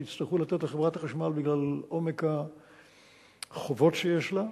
שיצטרכו לתת לחברת החשמל בגלל עומק החובות שיש לה,